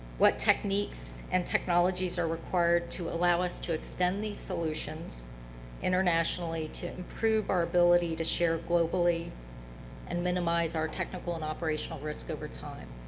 what techniques and technologies are required to allow us to extend these solutions internationally to improve our ability to share globally and minimize our technical and operational risk over time?